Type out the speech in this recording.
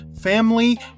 family